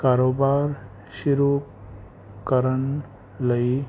ਕਾਰੋਬਾਰ ਸ਼ੁਰੂ ਕਰਨ ਲਈ